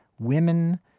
women